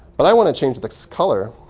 but i want to change the color.